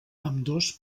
ambdós